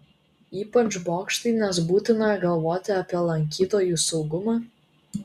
ypač bokštai nes būtina galvoti apie lankytojų saugumą